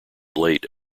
late